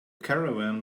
caravan